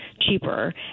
cheaper